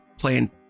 playing